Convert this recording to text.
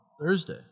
Thursday